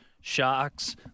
Sharks